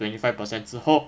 twenty five percent 之后